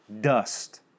dust